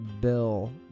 bill